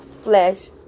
Flesh